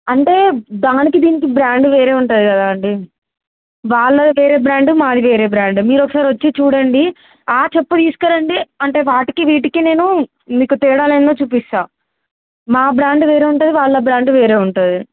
అంటే దానికి దీనికి బ్రాండ్ వేరే ఉంటుంది కదా అండి వాళ్ళ వేరే బ్రాండు మాది వేరే బ్రాండు మీరు ఒకసారి వచ్చి చూడండి ఆ చెప్ప తీసుకరండి అంటే వాటికి వీటికి నేను మీకు తేడాలన్నో చూపిస్తా మా బ్రాండ్ వేరే ఉంటుంది వాళ్ళ బ్రాండ్ వేరే ఉంటుంది